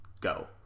go